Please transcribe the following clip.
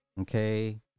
Okay